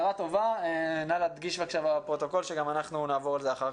נא להדגיש בפרוטוקול הערה זו.